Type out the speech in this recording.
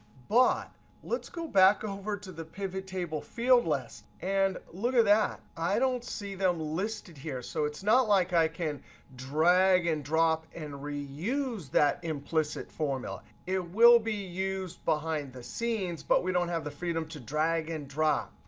but let's go back over to the pivot table field list. and look at that, i don't see them listed here. so it's not like i can drag and drop and reuse that implicit formula. it will be used behind the scenes, but we don't have the freedom to drag and drop.